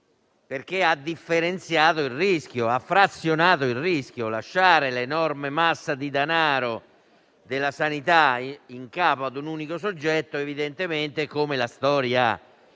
perché ha differenziato il rischio, frazionandolo. Lasciare l'enorme massa di danaro della sanità in capo ad un unico soggetto evidentemente, come la storia